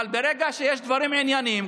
אבל ברגע שיש דברים ענייניים,